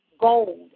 gold